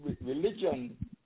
religion